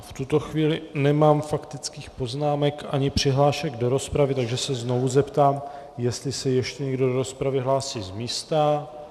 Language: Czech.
V tuto chvíli nemám faktických poznámek ani přihlášek do rozpravy, takže se znovu zeptám, jestli se ještě někdo do rozpravy hlásí z místa.